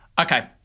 Okay